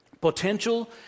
Potential